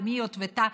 ומיטבתה,